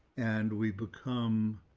and we become,